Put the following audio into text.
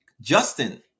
Justin